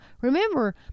remember